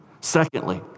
Secondly